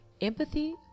Empathy